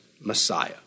Messiah